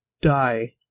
die